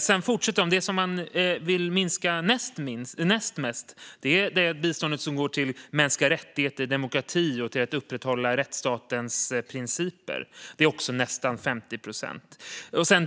Sedan fortsätter man: Det man vill minska näst mest är det bistånd som går till mänskliga rättigheter, till demokrati och till att upprätthålla rättsstatens principer. Det är också nästan 50 procent.